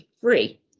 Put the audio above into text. free